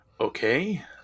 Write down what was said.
Okay